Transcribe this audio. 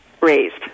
raised